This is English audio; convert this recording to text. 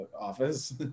office